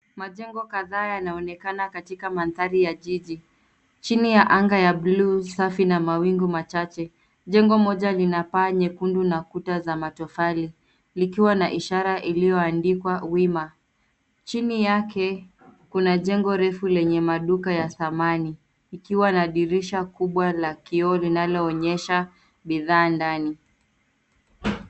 Majengo kadhaa yanaonekana katika mandhari ya jiji. Chini ya anga ya bluu safi na mawingu machache, jengo moja linapaa nyekundu na kuta za matofali, likiwa na ishara iliyoandikwa Wima. Chini yake, kuna jengo refu lenye maduka ya samani. Ikiwa na dirisha kubwa la kioo linaloonyesha bidhaa ndani.